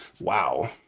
wow